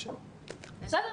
בסדר,